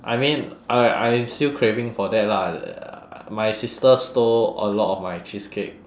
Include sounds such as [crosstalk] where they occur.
I mean I I still craving for that lah [noise] my sister stole a lot of my cheesecake